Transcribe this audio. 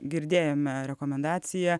girdėjome rekomendaciją